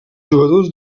jugadors